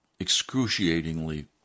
excruciatingly